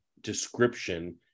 description